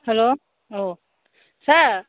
hello ꯑꯣ ꯁꯥꯔ